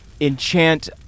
enchant